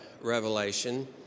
Revelation